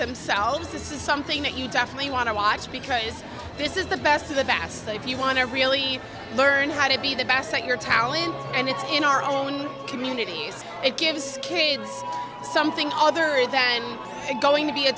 themselves this is something that you definitely want to watch because this is the best of the best if you want to really learn how to be the best at your talent and it's in our own communities it gives kids something other than going to be a